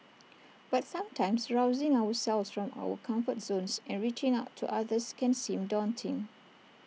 but sometimes rousing ourselves from our comfort zones and reaching out to others can seem daunting